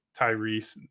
Tyrese